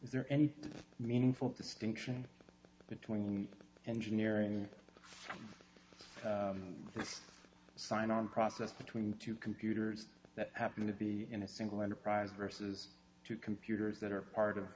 is there any meaningful distinction between engineering it's a sign on process between two computers that happen to be in a single enterprise versus two computers that are part of